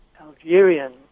Algerian